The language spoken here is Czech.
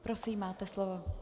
Prosím, máte slovo.